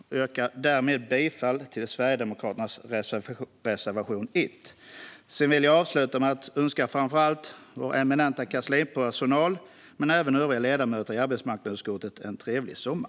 Jag yrkar därmed bifall till Sverigedemokraternas reservation 1. Jag vill avsluta med att önska framför allt vår eminenta kanslipersonal men även övriga ledamöter i arbetsmarknadsutskottet en trevlig sommar.